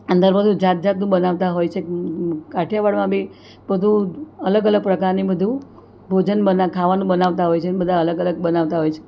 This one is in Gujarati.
અંદર બધું જાતજાતનું બનાવતા હોય છે કાઠિયાવાડમાં બી બધું અલગ અલગ પ્રકારની બધું ભોજન બધા ખાવાનું બનાવતા હોય છે ને બધા અલગ અલગ બનાવતા હોય છે